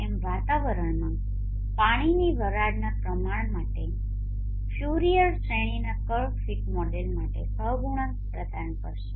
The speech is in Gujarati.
m વાતાવરણમાં પાણીની વરાળના પ્રમાણ માટે ફ્યુરિયર શ્રેણીના કર્વ ફીટ મોડેલ માટે સહગુણાંક પ્રદાન કરશે